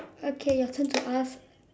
okay your turn to ask